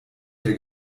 der